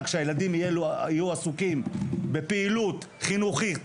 שהילדים האלה יהיו עסוקים בפעילות חינוכית,